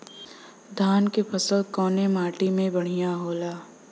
धान क फसल कवने माटी में बढ़ियां होला?